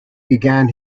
began